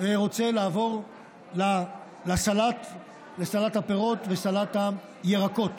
רוצה לעבור לסלט הפירות ולסלט הירקות.